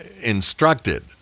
instructed